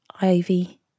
Ivy